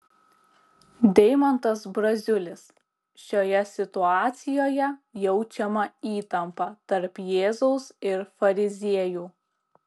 deimantas braziulis šioje situacijoje jaučiama įtampa tarp jėzaus ir fariziejų